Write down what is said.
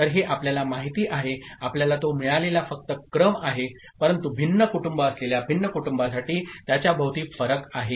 तर हे आपल्याला माहिती आहे आपल्याला तो मिळालेला फक्त क्रम आहे परंतु भिन्न कुटुंब असलेल्या भिन्न कुटुंबांसाठी त्याच्याभोवती फरक आहे